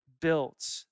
built